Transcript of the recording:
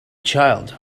child